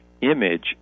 image